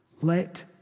let